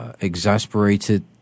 exasperated